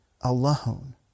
alone